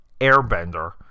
Airbender